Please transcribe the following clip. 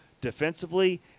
defensively